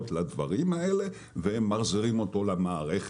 לדברים האלה והם מחזירים אותו למערכת.